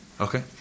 Okay